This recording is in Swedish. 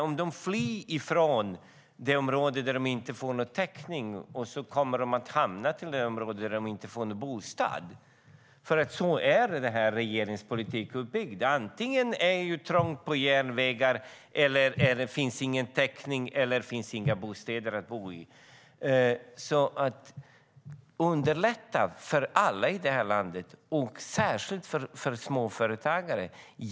Om de flyr från områden där de inte får någon täckning kommer de att hamna i områden där de inte får någon bostad, för så är den här regeringens politik uppbyggd. Antingen är det trångt på järnvägarna eller finns det ingen täckning eller finns det inga bostäder att bo i. Underlätta för alla i det här landet, särskilt för småföretagare!